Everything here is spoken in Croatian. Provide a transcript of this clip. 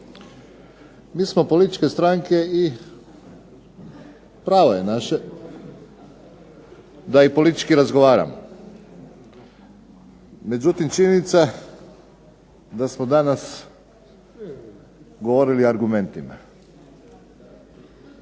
Mi smo političke stranke i pravo je naše da i politički razgovaramo, međutim činjenica je da smo danas govorili o argumentima.